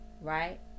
Right